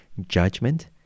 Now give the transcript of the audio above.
judgment